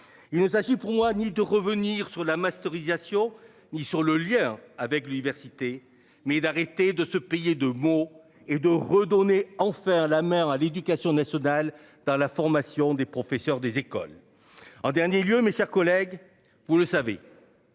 Il ne s'agit pour moi ni de revenir sur la mastérisation, ni sur le lien avec l'université, mais d'arrêter de se payer de mots et de redonner en faire la mère à l'éducation nationale dans la formation des professeurs des écoles en dernier lieu, mes chers collègues, vous le savez.